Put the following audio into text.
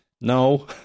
No